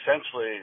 essentially